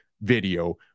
video